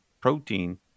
protein